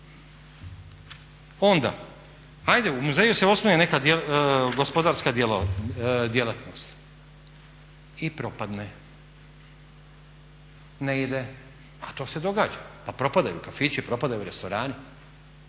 Onda, ajde u muzeju se osnuje neka gospodarska djelatnost i propadne, ne ide. To se događa, pa propadaju kafići, propadaju restorani.